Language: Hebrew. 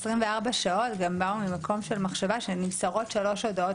ה-24 שעות גם באו ממקום של מחשבה שנמסרות שלוש הודעות,